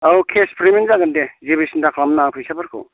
औ case payment जागोन दे जेबो सिन्था खालामनो नाङा फैसाफोरखौ